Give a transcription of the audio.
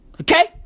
Okay